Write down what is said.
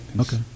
Okay